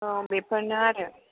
औ बेफोरनो आरो